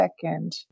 second